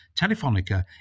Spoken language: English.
Telefonica